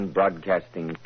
Broadcasting